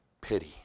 pity